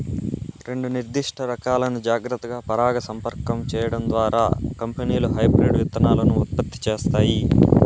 రెండు నిర్దిష్ట రకాలను జాగ్రత్తగా పరాగసంపర్కం చేయడం ద్వారా కంపెనీలు హైబ్రిడ్ విత్తనాలను ఉత్పత్తి చేస్తాయి